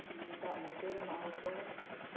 Damodar Mauzo